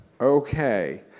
okay